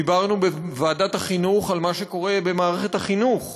דיברנו בוועדת החינוך על מה שקורה במערכת החינוך,